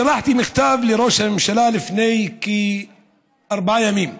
שלחתי מכתב לראש הממשלה לפני כארבעה ימים,